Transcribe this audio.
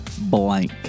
Blank